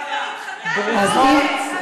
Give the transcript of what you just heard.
היושבת-ראש, בשביל זה נרשמתי להבעת דעה.